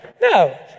No